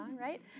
right